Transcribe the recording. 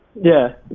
yeah.